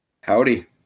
howdy